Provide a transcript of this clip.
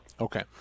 okay